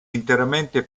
interamente